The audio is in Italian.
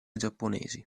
giapponesi